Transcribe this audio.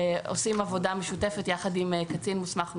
עושה יחד עם קצין מוסמך נוסף.